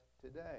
today